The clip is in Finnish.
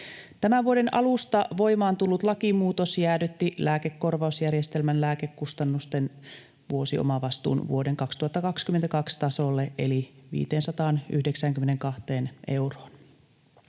Tämän vuoden alusta voimaan tullut lakimuutos jäädytti lääkekorvausjärjestelmän lääkekustannusten vuosiomavastuun vuoden 2022 tasolle eli 592 euroon.